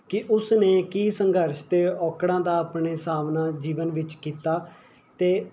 ਕਿ ਉਸ ਨੇ ਕੀ ਸੰਘਰਸ਼ ਅਤੇ ਔਕੜਾਂ ਦਾ ਆਪਣੇ ਸਾਹਮਣਾ ਜੀਵਨ ਵਿੱਚ ਕੀਤਾ ਅਤੇ